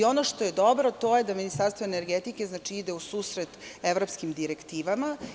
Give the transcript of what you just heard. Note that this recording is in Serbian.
Ono što je dobro jeste da Ministarstvo energetike znači ide u susret evropskim direktivama.